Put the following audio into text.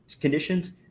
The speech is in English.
conditions